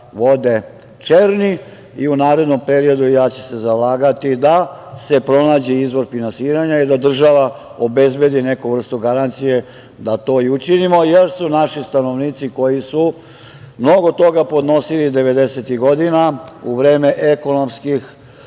vode „Černi“ i u narednom periodu ja ću se zalagati da se pronađe izvor finansiranja i da država obezbedi neku vrstu garancije da to i učinimo, jer su naši stanovnici koji su mnogo toga podnosili 90-ih godina, u vreme ekonomskih